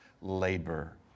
labor